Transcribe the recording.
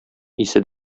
исе